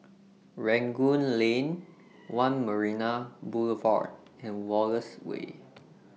Rangoon Lane one Marina Boulevard and Wallace Way